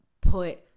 put